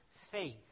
faith